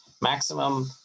maximum